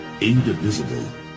indivisible